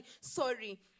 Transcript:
sorry